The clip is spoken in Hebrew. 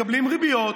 מקבלים ריביות,